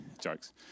Jokes